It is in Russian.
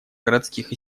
городских